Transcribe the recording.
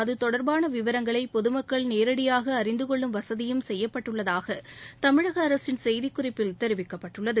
அதுதொடர்பாள விவரங்களை பொது மக்கள் நேரடியாக அறிந்தனெள்ளும் வசதியும் செய்யப்பட்டுள்ளதாக தமிழக அரசின் செய்திக்குறிப்பில் தெரிவிக்கப்பட்டுள்ளது